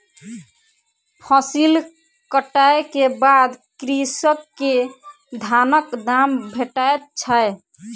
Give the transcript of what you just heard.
फसिल कटै के बाद कृषक के धानक दाम भेटैत छै